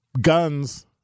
guns